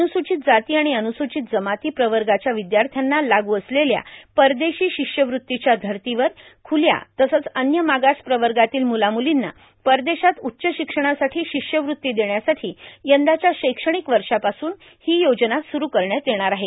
अन्रसूचित जाती आणि अन्रसूचित जमाती प्रवर्गाच्या विद्यार्थ्यांना लागू असलेल्या परदेशी शिष्यवृत्तीच्या धर्तीवर ख्रुल्या तसंच अन्य मागास प्रवर्गातील म्रलाम्रलींना परदेशात उच्च शिक्षणासाठी शिष्यवृत्ती देण्यासाठी यंदाच्या शैक्षणिक वर्षापासून ही योजना सुरु करण्यात येणार आहे